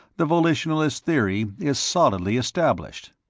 the volitionalists' theory is solidly established.